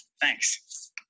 Thanks